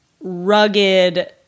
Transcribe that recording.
rugged